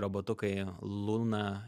robotukai luna